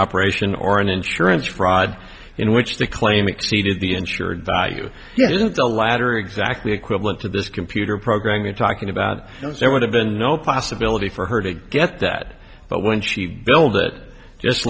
operation or an insurance fraud in which the claim exceeded the insured value the latter exactly equivalent to this computer program you're talking about there would have been no possibility for her to get that but when she billed it just